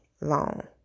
long